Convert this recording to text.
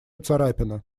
царапина